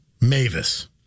Mavis